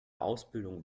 ausbildung